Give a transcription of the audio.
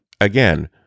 Again